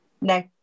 No